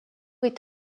est